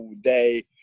day